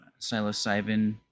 psilocybin